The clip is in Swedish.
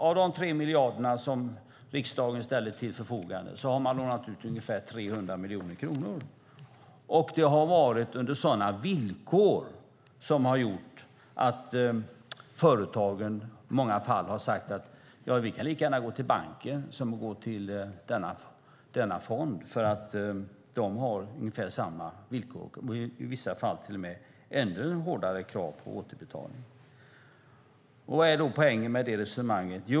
Av de 3 miljarder som riksdagen ställde till förfogande har bolaget lånat ut ungefär 300 miljoner kronor, och det har skett på sådana villkor som har gjort att företagen i många fall har sagt att de lika gärna kan gå till banken som att gå till denna fond eftersom de har ungefär samma villkor. Ibland har detta företag till och med ännu hårdare krav på återbetalning. Vad är då poängen med detta resonemang?